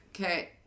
Okay